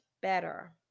better